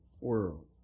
world